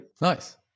Nice